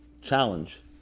challenge